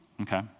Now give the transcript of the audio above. Okay